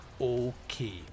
okay